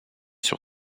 sur